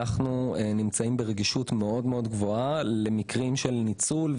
אנחנו נמצאים ברגישות מאוד גבוהה למקרים של ניצול,